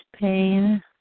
pain